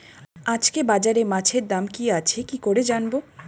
আজকে বাজারে মাছের দাম কি আছে কি করে জানবো?